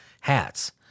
hats